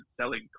selling